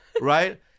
right